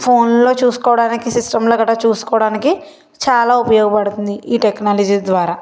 ఫోన్లో చూసుకోడానికి సిస్టంలో కట్టా చూసుకోవడానికి చాలా ఉపయోగపడుతుంది ఈ టెక్నాలజీ ద్వారా